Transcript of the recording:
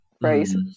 phrase